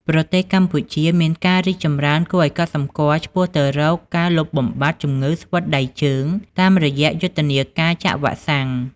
ប្រទេសកម្ពុជាមានការរីកចម្រើនគួរឱ្យកត់សម្គាល់ឆ្ពោះទៅរកការលុបបំបាត់ជំងឺស្វិតដៃជើង តាមរយៈយុទ្ធនាការចាក់វ៉ាក់សាំង។